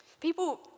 People